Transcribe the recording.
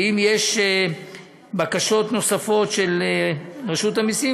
ואם יש בקשות נוספות של רשות המסים,